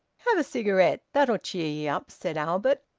have a cigarette that'll cheer ye up, said albert.